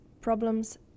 problems